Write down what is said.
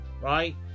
right